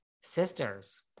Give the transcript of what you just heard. sisters